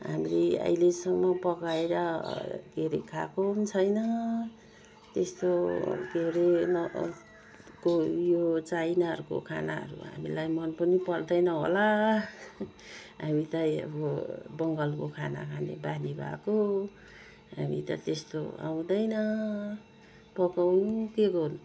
हामीले अहिलेसम्म पकाएर के अरे खाएको पनि छैन त्यस्तो के अरे न औ को यो चाइनाहरूको खानाहरू हामीलाई मन पनि पर्दैन होला हामी त अब बङ्गालको खाना खाने बानी भएको हामी त त्यस्तो आउँदैन पकाउनु के गर्नु